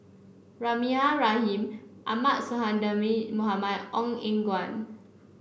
Rahimah Rahim Ahmad Sonhadji Mohamad Ong Eng Guan